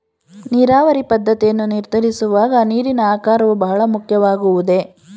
ನೀರಾವರಿ ಪದ್ದತಿಯನ್ನು ನಿರ್ಧರಿಸುವಾಗ ನೀರಿನ ಆಕಾರವು ಬಹಳ ಮುಖ್ಯವಾಗುವುದೇ?